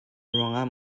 ruangah